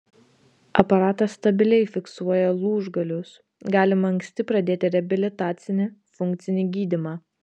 aparatas stabiliai fiksuoja lūžgalius galima anksti pradėti reabilitacinį funkcinį gydymą